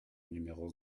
numéro